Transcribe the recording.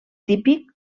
típic